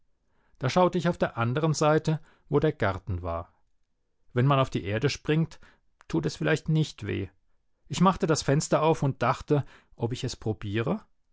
da schaute ich auf der andern seite wo der garten war wenn man auf die erde springt tut es vielleicht nicht weh ich machte das fenster auf und dachte ob ich es probiere